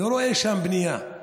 לא רואה שם בנייה.